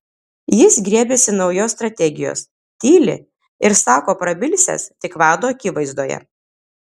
jis griebiasi naujos strategijos tyli ir sako prabilsiąs tik vado akivaizdoje